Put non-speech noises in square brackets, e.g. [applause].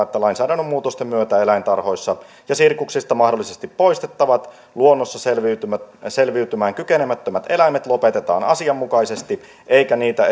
[unintelligible] että lainsäädännön muutosten myötä eläintarhoista ja sirkuksista mahdollisesti poistettavat luonnossa selviytymään selviytymään kykenemättömät eläimet lopetetaan asianmukaisesti eikä niitä [unintelligible]